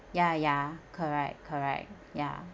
ya ya correct correct ya